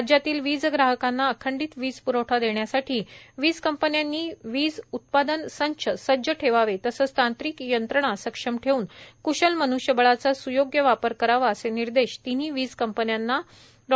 राज्यातील वीज ग्राहकांना अखंडित वीज प्रवठा देण्यासाठी वीज कंपन्यांनी वीज उत्पादन संच सज्ज ठेवावे तसेच तांत्रिक यंत्रणा सक्षम ठेवून कुशल मनुष्यबळाचा सुयोग्य वापर करावा असे निर्देश तिन्ही वीज कंपन्यांच्या अधिकाऱ्यांना डॉ